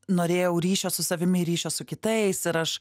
norėjau ryšio su savimi ryšio su kitais ir aš